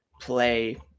play